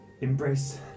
Embrace